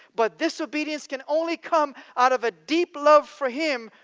but this obedience can only come out of a deep love for him,